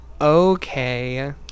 Okay